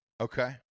Okay